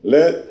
Let